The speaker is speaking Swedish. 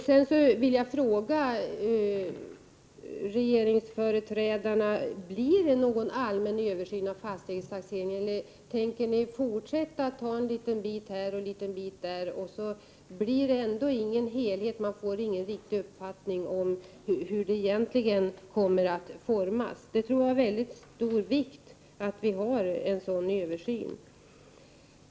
Sedan skulle jag vilja fråga regeringsföreträdarna om det blir någon allmän översyn av fastighetstaxeringen eller om ni tänker fortsätta att ta en liten bit 19 här och en liten bit där. Då blir det ändå ingen helhet. Man får ingen riktig uppfattning om hur det egentligen blir. Jag tror att det är viktigt att det görs en översyn.